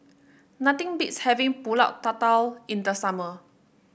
nothing beats having pulut tatal in the summer